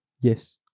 Yes